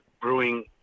brewing